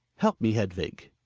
help me, hedvig.